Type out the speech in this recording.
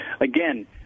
Again